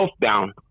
down